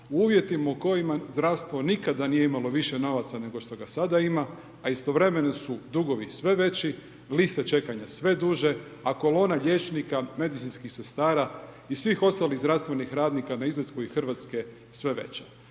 u uvjetima u kojima zdravstvo nikada nije imalo novaca nego što ga sada ima, a istovremeno su dugovi sve veći, liste čekanja sve duže, a kolona liječnika, medicinskih sestara i svih ostalih zdravstvenih radnika na izlasku iz Hrvatske je sve veća.